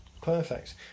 Perfect